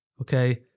okay